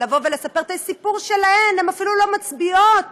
לספר את הסיפור שלהן: הן אפילו לא מצביעות